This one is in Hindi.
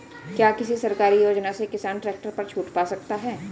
क्या किसी सरकारी योजना से किसान ट्रैक्टर पर छूट पा सकता है?